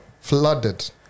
flooded